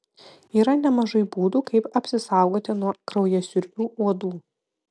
yra nemažai būdų kaip apsisaugoti nuo kraujasiurbių uodų